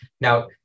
Now